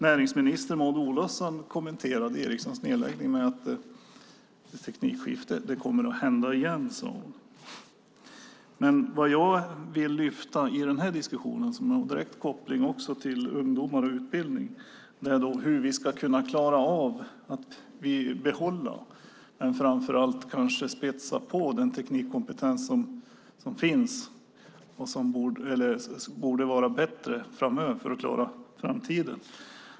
Näringsminister Maud Olofsson kommenterade Ericssons nedläggning med: Det är ett teknikskifte; det kommer att hända igen. Det jag vill lyfta fram i den här debatten, och som har en direkt koppling till ungdomar och utbildning, är hur vi ska kunna klara av att behålla och framför allt spetsa på den teknikkompetens som finns för att klara oss i framtiden.